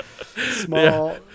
Small